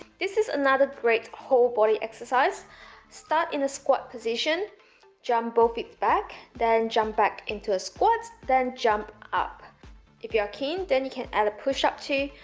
this is another great whole body exercise start in a squat position jump both feet back, then jump back into a squat then jump up if you are keen then you can add a push up too,